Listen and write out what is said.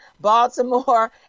Baltimore